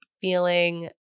feeling